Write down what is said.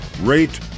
rate